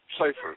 safer